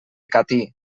catí